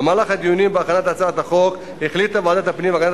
במהלך הדיונים בהכנת הצעת החוק החליטה ועדת הפנים והגנת